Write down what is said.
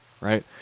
right